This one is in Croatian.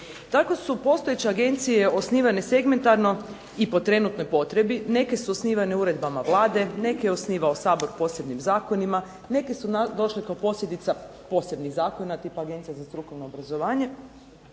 Tako su postojeće agencije osnivane segmentarno i po trenutnoj potrebi, neke su osnivane uredbama Vlade, neke je osnivao Sabor posebnim zakonima, neke su došle kao posljedica posebnih zakona, tipa Agencija za strukovno obrazovanje,